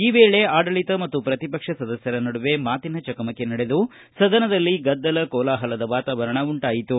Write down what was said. ಈ ವೇಳೆ ಆಡಳಿತ ಮತ್ತು ಪ್ರತಿಪಕ್ಷ ಸದಸ್ಯರ ನಡುವೆಮಾತಿನ ಚಕಮಕಿ ನಡೆದು ಸದನದಲ್ಲಿ ಗದ್ದಲ ಕೋಲಾಹಲದ ವಾತಾವರಣ ಉಂಟಾಯಿತು